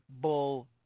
Bull